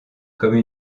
comme